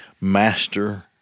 master